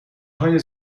های